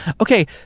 Okay